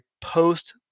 post